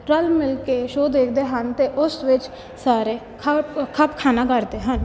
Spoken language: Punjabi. ਰਲ ਮਿਲ ਕੇ ਸ਼ੋ ਦੇਖਦੇ ਹਨ ਅਤੇ ਉਸ ਵਿੱਚ ਸਾਰੇ ਖਪ ਖੱਪ ਖਾਨਾ ਕਰਦੇ ਹਨ